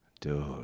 Dude